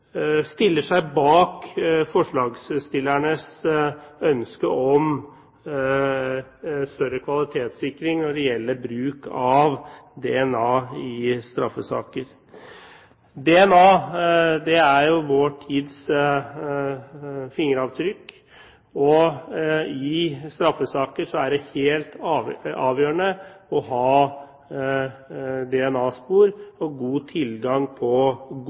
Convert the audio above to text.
stiller seg bak forslagsstillernes ønske om større kvalitetssikring når det gjelder bruk av DNA i straffesaker. DNA er vår tids fingeravtrykk, og i straffesaker er det helt avgjørende å ha DNA-spor – og god tilgang på